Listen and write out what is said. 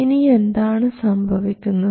ഇനി എന്താണ് സംഭവിക്കുന്നത്